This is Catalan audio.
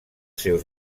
seus